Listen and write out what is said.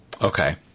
Okay